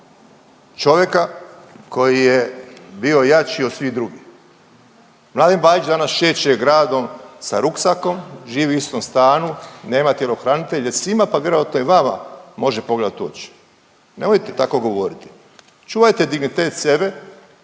čovjeka koji je bio jači od svih drugih. Mladen Bajić danas šeće gradom sa ruksakom, živi u istom stanu, nema tjelohranitelje. Svima pa vjerojatno i vama može pogledati u oči. Nemojte tako govoriti. Čuvajte dignitet sebe,